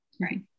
Right